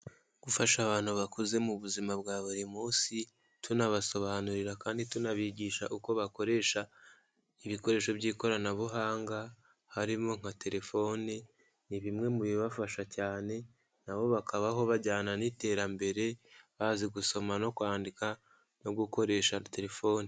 Gufasha abantu bakuze mu buzima bwa buri munsi, tunabasobanurira kandi tunabigisha uko bakoresha ibikoresho by'ikoranabuhanga, harimo nka telefoni, ni bimwe mu bibafasha cyane, na bo bakabaho bajyana n'iterambere, bazi gusoma no kwandika, no gukoresha telefoni.